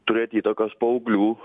turėt įtakos paauglių